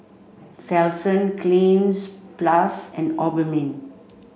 Selsun Cleanz plus and Obimin